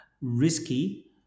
risky